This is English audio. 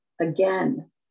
again